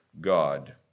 God